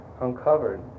uncovered